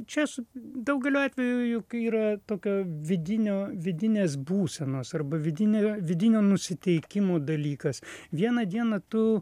čia su daugeliu atvejų juk yra tokio vidinio vidinės būsenos arba vidinio vidinio nusiteikimo dalykas vieną dieną tu